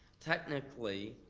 technically,